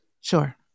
Sure